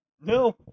No